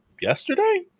yesterday